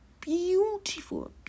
beautiful